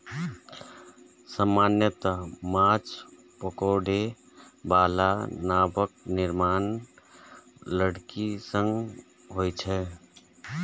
सामान्यतः माछ पकड़ै बला नावक निर्माण लकड़ी सं होइ छै